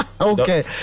Okay